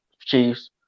chiefs